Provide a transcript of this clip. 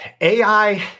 AI